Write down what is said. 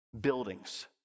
buildings